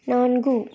நான்கு